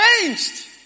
changed